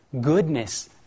goodness